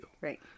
Right